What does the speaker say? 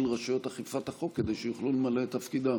רשויות אכיפת החוק כדי שיוכלו למלא את תפקידם.